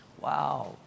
Wow